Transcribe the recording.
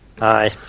aye